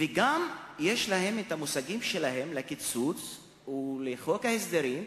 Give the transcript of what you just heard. ויש להם גם מושגים משלהם לקיצוץ ולחוק ההסדרים,